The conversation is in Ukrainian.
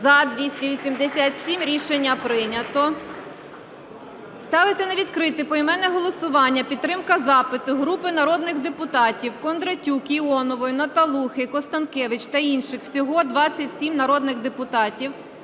За-287 Рішення прийнято. Ставиться на відкрите поіменне голосування підтримка запиту групи народних депутатів (Кондратюк, Іонової, Наталухи, Констанкевич та інших. Всього 27 народних депутатів)